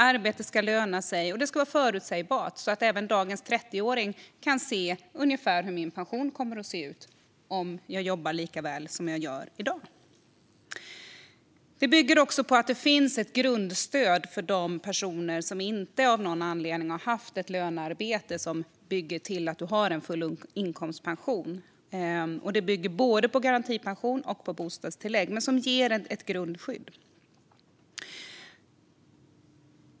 Arbete ska löna sig, och det ska vara förutsägbart så att även dagens 30-åringar kan se ungefär hur pensionen kommer att se ut om de jobbar lika väl som de gör i dag. Det bygger också på att det finns ett grundstöd för de personer som av någon anledning inte har haft ett lönearbete som bygger upp full inkomstpension. Det bygger både på garantipension och på bostadstillägg, och det ger ett grundskydd.